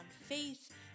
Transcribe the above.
faith